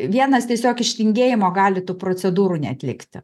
vienas tiesiog iš tingėjimo gali tų procedūrų neatlikti